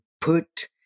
put